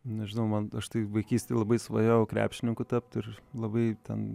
nežinau man aš tai vaikystėje labai svajojau krepšininku tapt ir labai ten